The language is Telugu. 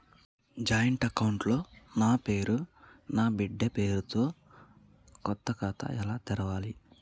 జాయింట్ అకౌంట్ లో నా పేరు నా బిడ్డే పేరు తో కొత్త ఖాతా ఎలా తెరవాలి?